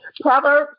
proverbs